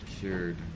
cured